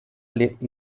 lebten